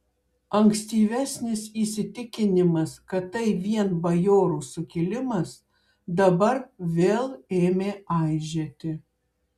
ankstyvesnis įsitikinimas kad tai vien bajorų sukilimas dabar vėl ėmė aižėti